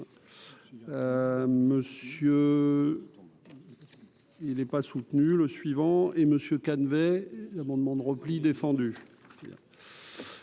monsieur il est pas soutenu le suivant est monsieur Calvet, l'amendement de repli défendu